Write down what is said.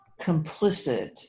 complicit